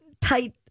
tight